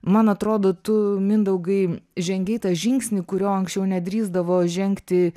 man atrodo tu mindaugai žengei tą žingsnį kurio anksčiau nedrįsdavo žengti